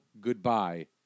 goodbye